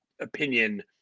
opinion